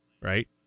right